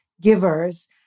givers